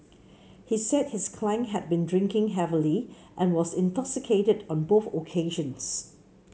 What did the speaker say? he said his client had been drinking heavily and was intoxicated on both occasions